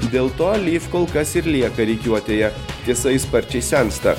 dėl to lyv kol kas ir lieka rikiuotėje jisai sparčiai sensta